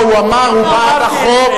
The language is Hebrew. הוא אמר שהוא בעד החוק,